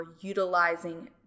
utilizing